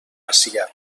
macià